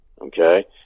okay